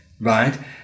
right